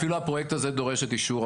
אפילו הפרויקט הזה דורש את אישור האוצר.